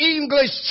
English